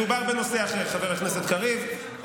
מדובר בנושא אחר, חבר הכנסת קריב.